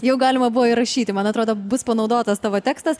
jau galima buvo įrašyti man atrodo bus panaudotas tavo tekstas